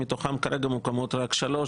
שמתוכן כרגע מוקמות רק שלוש,